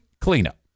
cleanup